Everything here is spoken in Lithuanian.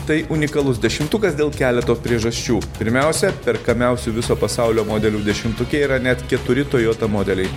tai unikalus dešimtukas dėl keleto priežasčių pirmiausia perkamiausių viso pasaulio modelių dešimtuke yra net keturi toyota modeliai